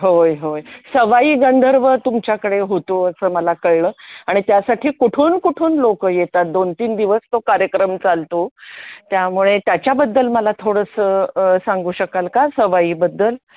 होय होय सवाई गंधर्व तुमच्याकडे होतो असं मला कळलं आणि त्यासाठी कुठून कुठून लोक येतात दोन तीन दिवस तो कार्यक्रम चालतो त्यामुळे त्याच्याबद्दल मला थोडंसं सांगू शकाल का सवाईबद्दल